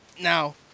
Now